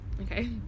Okay